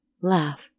laugh